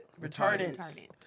Retardant